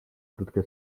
krótkie